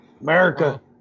America